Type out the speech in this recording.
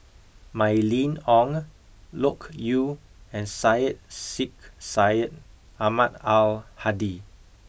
Mylene Ong Loke Yew and Syed Sheikh Syed Ahmad Al Hadi